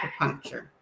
acupuncture